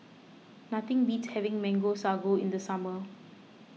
nothing beats having Mango Sago in the summer